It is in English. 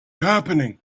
happening